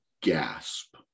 gasp